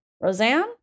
Roseanne